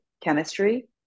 chemistry